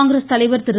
காங்கிரஸ் தலைவர் திரு